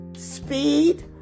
speed